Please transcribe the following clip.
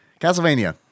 Castlevania